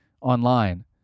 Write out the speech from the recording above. online